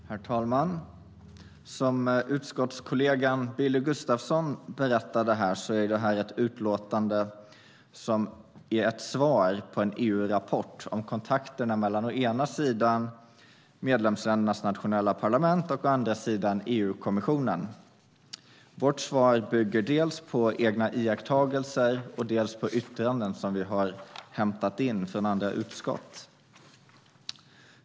Herr talman! Som utskottskollegan Billy Gustafsson berättade är detta ett utlåtande som är ett svar på en EU-rapport om kontakterna mellan å ena sidan medlemsländernas nationella parlament och å andra sidan EU-kommissionen. Vårt svar bygger dels på egna iakttagelser, dels på yttranden som vi har hämtat in från andra utskott.